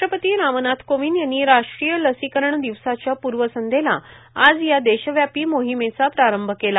राष्ट्रपती रामनाथ कोविंद यांनी राष्ट्रीय लसीकरण दिवसाच्या पूर्वसंध्येला आज या देशव्यापी मोहिमेचा प्रारंभ केला